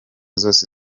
zose